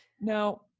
Now